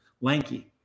lanky